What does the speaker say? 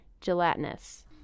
gelatinous